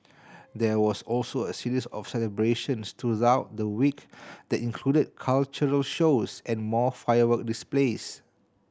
there was also a series of celebrations throughout the week that included cultural shows and more firework displays